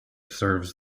serves